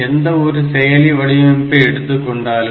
எந்த ஒரு செயலி வடிவமைப்பை எடுத்துக்கொண்டாலும்